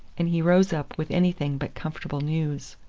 and he rose up with anything but comfortable news.